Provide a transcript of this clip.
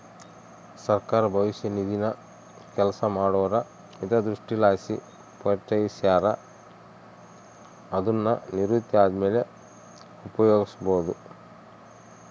ಸರ್ಕಾರ ಭವಿಷ್ಯ ನಿಧಿನ ಕೆಲಸ ಮಾಡೋರ ಹಿತದೃಷ್ಟಿಲಾಸಿ ಪರಿಚಯಿಸ್ಯಾರ, ಅದುನ್ನು ನಿವೃತ್ತಿ ಆದ್ಮೇಲೆ ಉಪಯೋಗ್ಸ್ಯಬೋದು